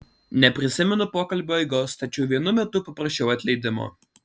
neprisimenu pokalbio eigos tačiau vienu metu paprašiau atleidimo